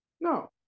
No